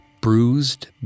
bruised